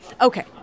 Okay